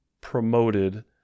promoted